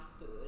food